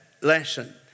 lesson